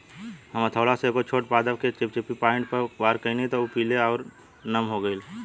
हम हथौड़ा से एगो छोट पादप के चिपचिपी पॉइंट पर वार कैनी त उ पीले आउर नम हो गईल